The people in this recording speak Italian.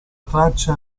traccia